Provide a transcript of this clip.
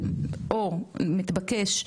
או נתבקש,